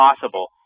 possible